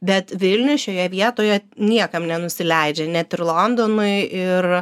bet vilniuj šioje vietoje niekam nenusileidžia net ir londonui ir